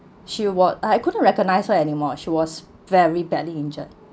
she wa~ I couldn't recognize her anymore she was very badly injured